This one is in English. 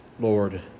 Lord